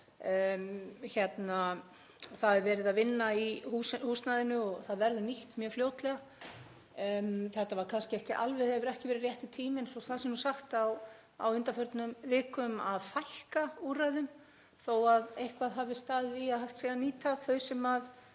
Það er verið að vinna í húsnæðinu og það verður nýtt mjög fljótlega. Þetta hefur kannski ekki alveg verið rétti tíminn, svo það sé nú sagt, á undanförnum vikum, til að fækka úrræðum þó að eitthvað hafi staðið á því að hægt væri að nýta þau sem var